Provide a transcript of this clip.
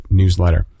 newsletter